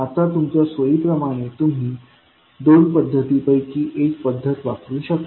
आता तुमच्या सोयीप्रमाणे तुम्ही या दोन पद्धती पैकी एक पद्धत वापरू शकता